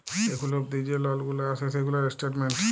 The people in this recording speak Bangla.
এখুল অবদি যে লল গুলা আসে সেগুলার স্টেটমেন্ট